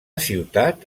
ciutat